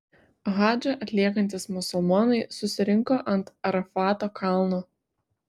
hadžą atliekantys musulmonai susirinko ant arafato kalno